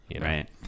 Right